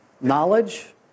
Knowledge